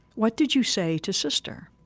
what did you say to sister?